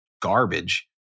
garbage